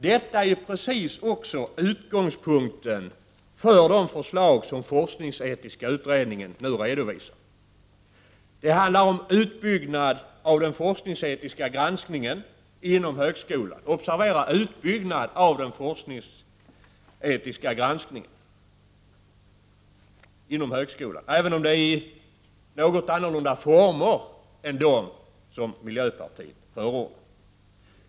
Detta är ju också utgångspunkten för de förslag som forskningsetiska utredningen nu redovisar. Det handlar om utbyggnad av den forskningsetiska granskningen inom högskolan — även om det är i något annorlunda former än dem som miljöpartiet förordar.